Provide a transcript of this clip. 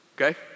okay